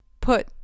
Put